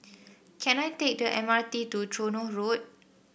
can I take the M R T to Tronoh Road